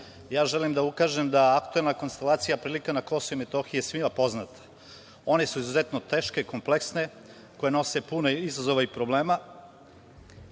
na želim da ukažem da aktuelna konstalacija prilika na KiM je svima poznata. One su izuzetno teške, kompleksne, koje nose puno izazova i problema,